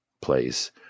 place